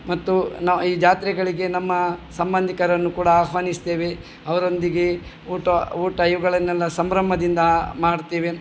ಮತ್ತು ನ ಈ ಜಾತ್ರೆಗಳಿಗೆ ನಮ್ಮ ಸಂಬಂಧಿಕರನ್ನು ಕೂಡ ಆಹ್ವಾನಿಸ್ತೇವೆ ಅವರೊಂದಿಗೆ ಊಟ ಊಟ ಇವುಗಳನ್ನೆಲ್ಲ ಸಂಭ್ರಮದಿಂದ ಮಾಡ್ತೇವೆ